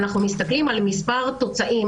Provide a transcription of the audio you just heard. אנחנו מסתכלים על מספר תוצאים,